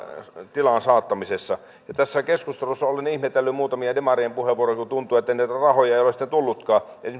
tilaan saattamisessa tässä keskustelussa olen ihmetellyt muutamien demarien puheenvuoroja kun tuntuu ettei niitä rahoja ole sitten tullutkaan